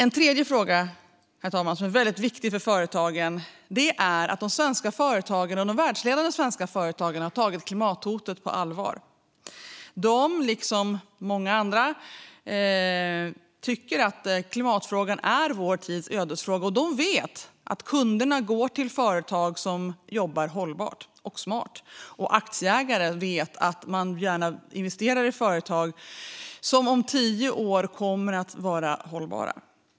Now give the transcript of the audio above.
En tredje fråga, herr talman, som är väldigt viktig för företagen, är att de svenska företagen, de världsledande svenska företagen, har tagit klimathotet på allvar. De, liksom många andra, tycker att klimatfrågan är vår tids ödesfråga, och de vet att kunderna går till företag som jobbar hållbart och smart. Och aktieägare vet att man gärna investerar i företag som om tio år kommer att vara hållbara.